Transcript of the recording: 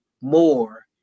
more